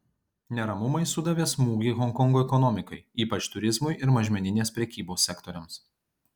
neramumai sudavė smūgį honkongo ekonomikai ypač turizmui ir mažmeninės prekybos sektoriams